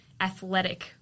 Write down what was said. athletic